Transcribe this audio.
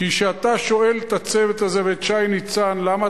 כשאתה שואל את הצוות הזה ואת שי ניצן: למה